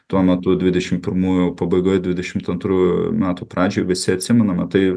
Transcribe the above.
tuo metu dvidešimt pirmųjų pabaigoje dvidešimt antrųjų metų pradžioje visi atsimename tai